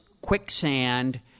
quicksand